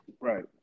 right